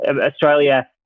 Australia